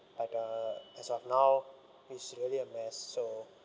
but uh as of now it's really a mess so